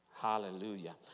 hallelujah